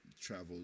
Travel